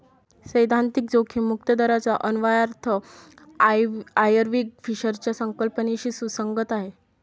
सैद्धांतिक जोखीम मुक्त दराचा अन्वयार्थ आयर्विंग फिशरच्या संकल्पनेशी सुसंगत आहे